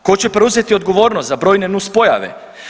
Tko će preuzeti odgovornost za brojne nuspojave?